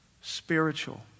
spiritual